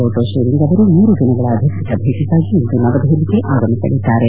ಲೋಟೋ ಶೇರಿಂಗ್ ಅವರು ಮೂರು ದಿನಗಳ ಅಧಿಕೃತ ಭೇಟಿಗಾಗಿ ಇಂದು ನವದೆಹಲಿಗೆ ಆಗಮಿಸಲಿದ್ದಾರೆ